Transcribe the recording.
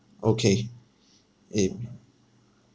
okay aim